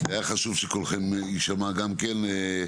היה חשוב שקולכן יישמע גם כן.